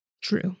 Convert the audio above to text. True